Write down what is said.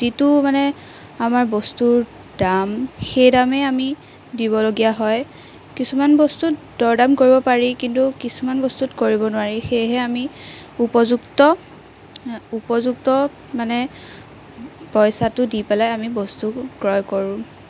যিটো মানে আমাৰ বস্তুৰ দাম সেই দামেই আমি দিবলগীয়া হয় কিছুমান বস্তুত দৰ দাম কৰিব পাৰি কিন্তু কিছুমান বস্তুত কৰিব নোৱাৰি সেয়েহে আমি উপযুক্ত উপযুক্ত মানে পইচাটো দি পেলাই আমি বস্তুটো ক্ৰয় কৰোঁ